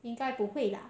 应该不会啦